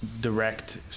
direct